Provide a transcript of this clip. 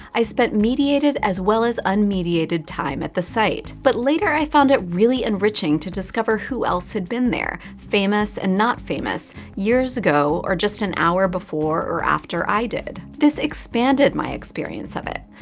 i spent mediated as well as unmediated time at the site, but later i found it really enriching to discover who else had been there, famous and not famous, years ago, or just an hour before or after i did. this expanded my experience of it,